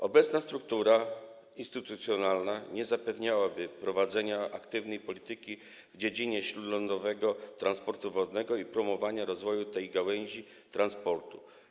Obecna struktura instytucjonalna nie zapewniałaby prowadzenia aktywnej polityki w dziedzinie śródlądowego transportu wodnego i promowania rozwoju tej gałęzi transportu.